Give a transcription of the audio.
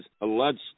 alleged